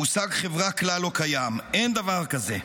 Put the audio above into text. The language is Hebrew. המושג "חברה" כלל לא קיים, אין דבר כזה,